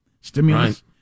stimulus